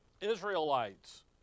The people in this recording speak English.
Israelites